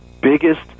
biggest